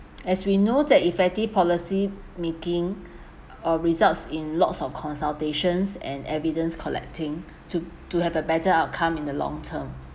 as we know that effective policy making or results in lots of consultations and evidence collecting to to have a better outcome in the long term